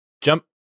jump